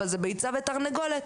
זה ביצה ותרנגולת,